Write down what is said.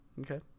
Okay